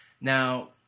Now